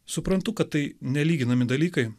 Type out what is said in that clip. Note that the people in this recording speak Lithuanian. suprantu kad tai nelyginami dalykai